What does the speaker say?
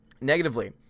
negatively